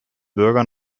bürger